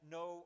no